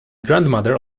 grandmother